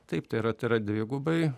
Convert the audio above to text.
taip tai yra tai yra dvigubai